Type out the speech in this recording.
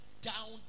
down